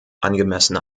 angemessene